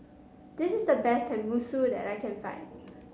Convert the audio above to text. this is the best Tenmusu that I can find